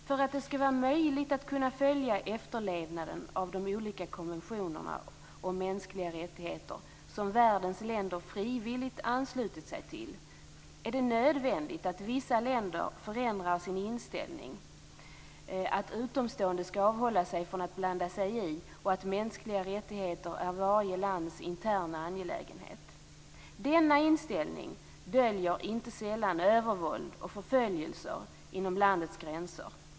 För att det skall vara möjligt att följa efterlevnaden av de olika konventionerna om mänskliga rättigheter, som världens länder frivilligt anslutit sig till, är det nödvändigt att vissa länder förändrar sin inställning, nämligen att utomstående skall avhålla sig från att blanda sig i och att mänskliga rättigheter är varje lands interna angelägenhet. Denna inställning döljer inte sällan övervåld och förföljelser inom landets gränser.